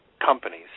companies –